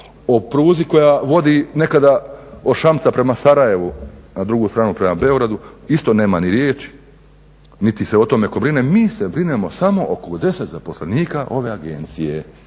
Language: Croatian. o pruzi koja vodi nekada od Šamca Sarajevu na drugu stranu prema Beogradu isto nema ni riječi, niti se o tome tko brine. Mi se brinemo samo oko 10 zaposlenika ove agencije